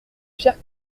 chers